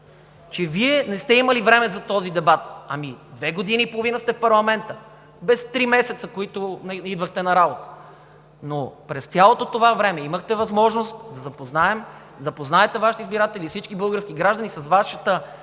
че Вие не сте имали време за този дебат? Две години и половина сте в парламента, без три месеца, през които не идвахте на работа, но през цялото това време имахте възможност да запознаете Вашите избиратели и всички български граждани с Вашето